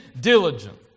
diligent